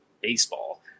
baseball